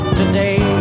today